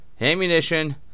ammunition